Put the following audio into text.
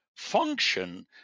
function